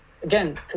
again